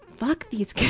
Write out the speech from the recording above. fuck these kids,